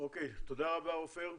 תודה רבה עופר.